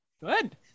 Good